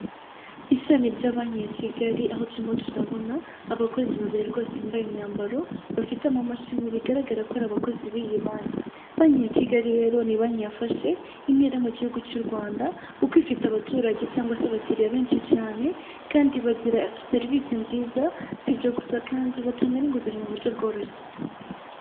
Ishami rya banki ya Kigali aho turimo turabona abakozi babiri rwose, bambaye imyambaro bafite amamashini. Bigaragara ko ari abakozi b'iyi banki. Banki ya Kigali rero ni banki yafashe intera mu gihugu cy'u Rwanda, kuko ifite abaturage cyangwa se abakiririya benshi cyane kandi bagira serivisi nziza. Si ibyo gusa kandi batanga n'inguzanyo mu buryo bworoshye.